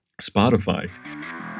Spotify